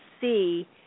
see